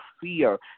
fear